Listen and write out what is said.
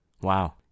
Wow